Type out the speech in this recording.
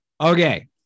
Okay